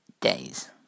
days